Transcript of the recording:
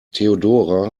theodora